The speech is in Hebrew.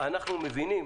שאנחנו מבינים